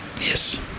Yes